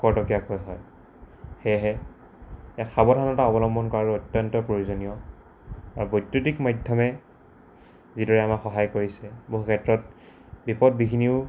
খৰতকীয়াকৈ হয় সেয়েহে ইয়াত সাৱধানতা অৱলম্বন কৰাটো অত্যন্ত প্ৰয়োজনীয় আৰু বৈদ্যুতিক মাধ্যমে যিদৰে আমাক সহায় কৰিছে বহু ক্ষেত্ৰত বিপদ বিঘিনিও